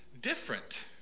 different